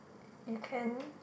you can